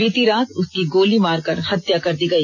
बीती रात उसकी गोली मारकर हत्या कर दी गई